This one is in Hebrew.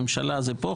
ממשלה זה פה,